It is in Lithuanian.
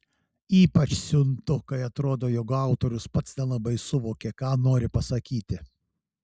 ypač siuntu kai atrodo jog autorius pats nelabai suvokė ką nori pasakyti